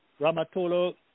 Ramatolo